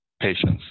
patience